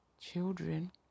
Children